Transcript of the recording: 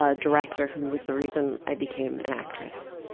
ah director who was the reason i became an actress.